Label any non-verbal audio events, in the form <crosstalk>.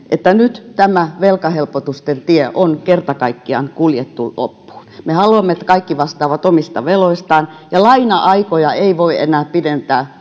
että nyt tämä velkahelpotusten tie on kerta kaikkiaan kuljettu loppuun me haluamme että kaikki vastaavat omista veloistaan ja laina aikoja ei voi enää pidentää <unintelligible>